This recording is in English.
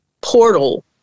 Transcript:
portal